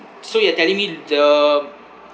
so you're telling me the